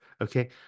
Okay